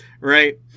right